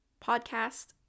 podcast